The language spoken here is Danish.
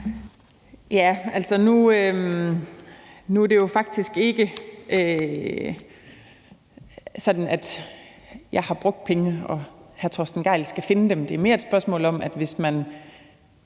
Altså, nu er det jo faktisk ikke sådan, at jeg har brugt pengene, og at hr. Torsten Gejl skal finde dem. Det er mere et spørgsmål om, at hvis man